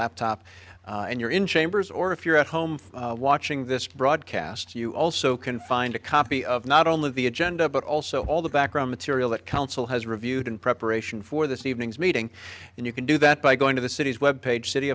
laptop and you're in chambers or if you're at home watching this broadcast you also can find a copy of not only the agenda but also all the background material that council has reviewed in preparation for this evening's meeting and you can do that by going to the city's web page city